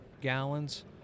gallons